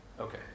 Okay